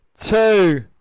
Two